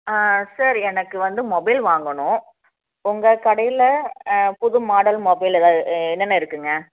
sir எனக்கு வந்து mobile வாங்கணும் உங்கள் கடையில் புது மாடல் மொபைல் எதாவது என்னென்ன இருக்குதுங்க